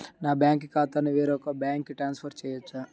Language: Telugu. నా బ్యాంక్ ఖాతాని వేరొక బ్యాంక్కి ట్రాన్స్ఫర్ చేయొచ్చా?